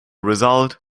result